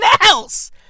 else